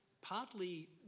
partly